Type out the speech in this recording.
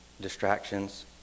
distractions